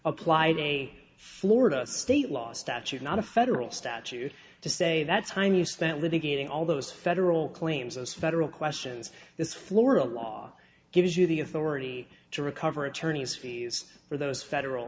applied a florida state law statute not a federal statute to say that's time you spent litigating all those federal claims us federal questions this florida law gives you the authority to recover attorney's fees for those federal